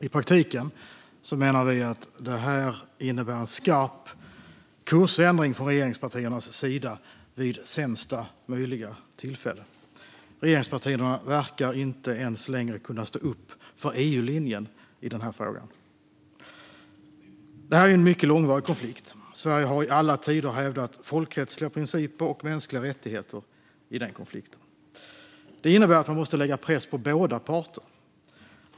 I praktiken, menar vi, innebär detta en skarp kursändring från regeringspartiernas sida vid sämsta möjliga tillfälle. Regeringspartierna verkar inte ens längre kunna stå upp för EU-linjen i frågan. Det här är ju en mycket långvarig konflikt, och Sverige har i alla tider hävdat folkrättsliga principer och mänskliga rättigheter i konflikten. Det innebär att man måste lägga press på båda parter.